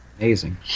amazing